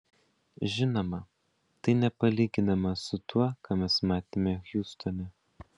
žinoma tai nepalyginama su tuo ką mes matėme hjustone